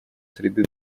среды